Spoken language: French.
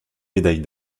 médaille